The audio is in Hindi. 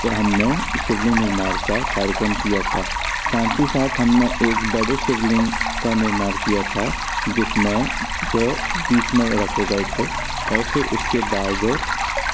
फिर हमने शिवलिंग निर्माण का कार्यक्रम किया था साथ ही साथ हमने एक बड़े शिवलिंग का निर्माण किया था जिसमें जो बीच मे रखे गए थे और फिर उसके बाद